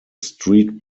street